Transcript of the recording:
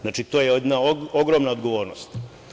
Znači, to je jedna ogromna odgovornost.